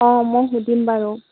অঁ মই সুধিম বাৰু